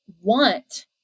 want